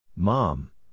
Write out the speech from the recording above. Mom